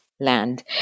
land